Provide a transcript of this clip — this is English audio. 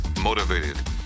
motivated